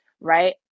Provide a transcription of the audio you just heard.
right